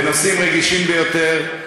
בנושאים רגישים ביותר,